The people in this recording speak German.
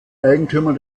eigentümer